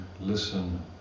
listen